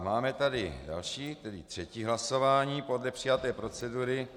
Máme tady další, tedy třetí hlasování podle přijaté procedury.